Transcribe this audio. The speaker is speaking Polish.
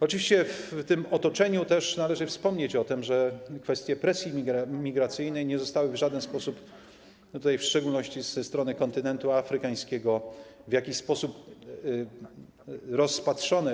Oczywiście w tym otoczeniu też należy wspomnieć o tym, że kwestie presji migracyjnej nie zostały w żaden sposób, w szczególności ze strony kontynentu afrykańskiego, w jakiś sposób rozpatrzone.